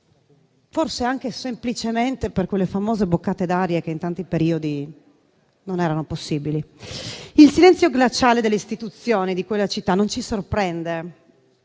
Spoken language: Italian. forse anche semplicemente per quelle famose boccate d'aria che in tanti periodi non erano possibili. Il silenzio glaciale delle istituzioni di quella città non ci sorprende.